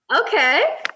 okay